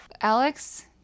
Alex